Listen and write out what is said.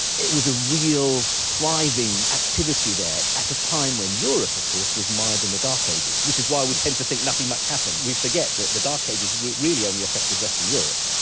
it was a real thriving activity there at a time when europe of course was mired in the dark ages. which is why we tend to think nothing much happened. we forget that the dark ages really only affected western europe.